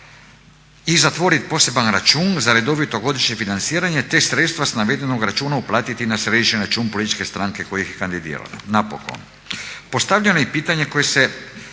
I zatvoriti poseban račun za redovito godišnje financiranje te sredstva s navedenog računa uplatiti na središnji račun političke stranke koja ih je kandidirala. Napokon! Postavljeno je i pitanje na koji će